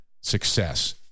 success